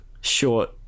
short